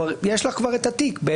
יש לך כבר את התיק בעצם.